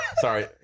Sorry